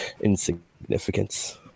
insignificance